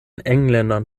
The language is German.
engländern